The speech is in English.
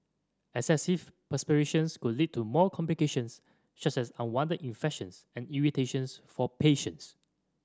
excessive perspirations could lead to more complications such as unwanted infections and irritations for patients